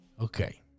Okay